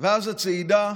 ואז הצעידה